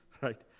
right